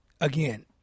again